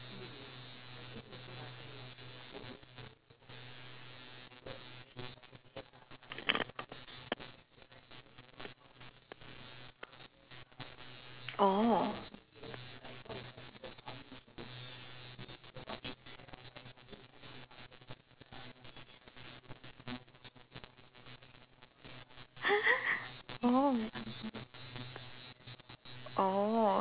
oh oh